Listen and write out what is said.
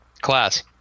class